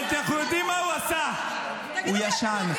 אבל אנחנו יודעים מה הוא עשה, הוא ישן.